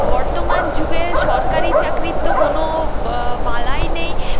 বর্তমান যুগে সরকারি চাকরির তো কোনো বালাই নেই